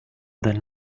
than